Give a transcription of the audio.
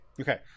okay